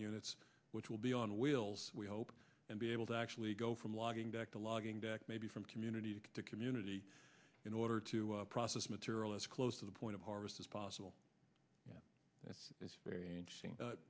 units which will be on wheels we hope and be able to actually go from logging back to logging back maybe from community to community in order to process material as close to the point of harvest as possible that's very interesting